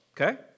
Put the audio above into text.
Okay